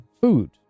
food